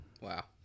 Wow